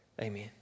Amen